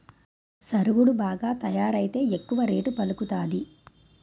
సరుగుడు బాగా తయారైతే ఎక్కువ రేటు పలుకుతాది